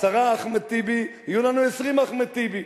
עשרה אחמד טיבי יהיו לנו 20 אחמד טיבי,